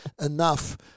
enough